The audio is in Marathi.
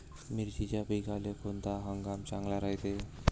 मिर्चीच्या पिकाले कोनता हंगाम चांगला रायते?